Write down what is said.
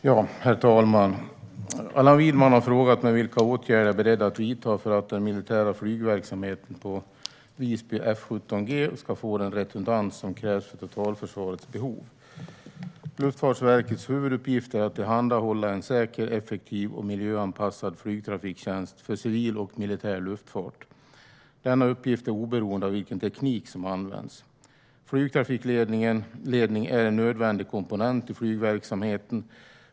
Svar på interpellationer Herr talman! Allan Widman har frågat mig vilka åtgärder jag är beredd att vidta för att den militära flygverksamheten på Visby F 17G ska få den redundans som krävs för totalförsvarets behov. Luftfartsverkets huvuduppgift är att tillhandahålla en säker, effektiv och miljöanpassad flygtrafiktjänst för civil och militär luftfart. Denna uppgift är oberoende av vilken teknik som används. Flygtrafikledning är en nödvändig komponent i flygverksamheten.